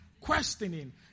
questioning